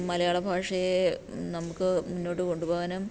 മലയാളഭാഷയെ നമുക്ക് മുന്നോട്ടുകൊണ്ടുപോകാനും